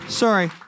Sorry